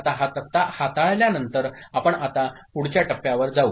आता हा तक्ता हाताळल्यानंतर आपण आता पुढच्या टप्प्यावर जाऊ